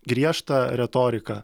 griežtą retoriką